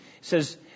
says